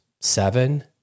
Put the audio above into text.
Seven